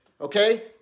Okay